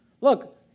Look